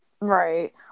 right